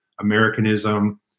Americanism